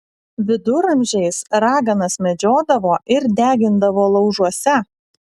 viduramžiais raganas medžiodavo ir degindavo laužuose